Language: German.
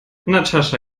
natascha